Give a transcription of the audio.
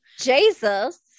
Jesus